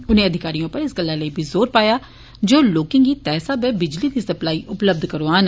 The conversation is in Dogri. उनें अधिकारिएं उप्पर इस गल्ला लेई बी जोर पाया जे ओह् लोकें गी तय स्हाबे बिजली दी सप्लाई उपलब्ध करौआन